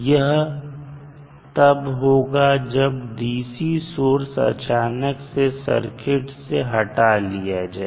यह तब होगा जब DC सोर्स अचानक से सर्किट से हटा लिया जाए